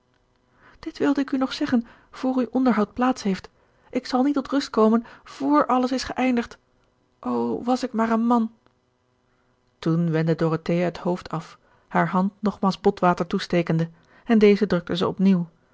dit wilde ik u nog zeggen voor uw onderhoud plaats heeft ik zal niet tot rust komen vr alles is geëindigd o was ik maar een man toen wendde dorothea het hoofd af hare hand nogmaals botwater toestekende en deze drukte ze